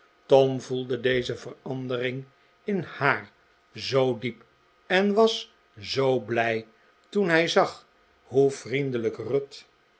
tom voelde deze verandering in haar zoo diep en was zoo blij toen hij zag hoe vriendelijk ruth